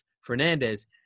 Fernandez